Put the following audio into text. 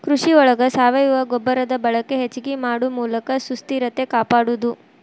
ಕೃಷಿ ಒಳಗ ಸಾವಯುವ ಗೊಬ್ಬರದ ಬಳಕೆ ಹೆಚಗಿ ಮಾಡು ಮೂಲಕ ಸುಸ್ಥಿರತೆ ಕಾಪಾಡುದು